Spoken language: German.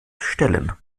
stellen